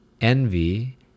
envy